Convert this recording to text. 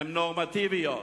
הן נורמטיביות".